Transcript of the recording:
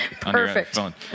perfect